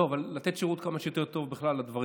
לא, אבל לתת שירות כמה שיותר טוב בכלל לדברים